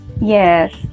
Yes